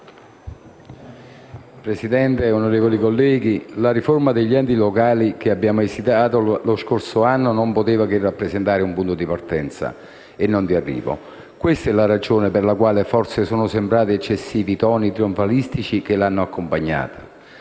Presidente, onorevoli colleghi, la riforma degli enti locali che abbiamo esitato lo scorso anno non poteva che rappresentare un punto di partenza e non di arrivo. Questa è la ragione per la quale sono forse sembrati eccessivi i toni trionfalistici che l'hanno accompagnata,